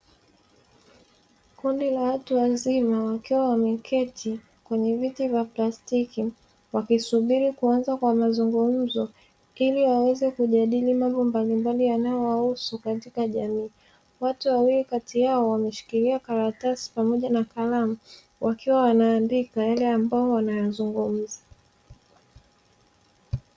Kundi la watu wazima wakiwa wameketi kwenye viti vya plastiki, wakisubiri kuanza kwa mazungumzo ili waweze kujadili mambo mbalimbali yanayowahusu katika jamii; watu wawili kati yao wameshikilia karatasi pamoja na kalamu, wakiwa wanaandika yale ambao wanayazungumza.